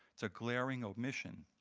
it's a glaring omission.